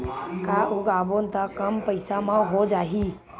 का उगाबोन त कम पईसा म हो जाही?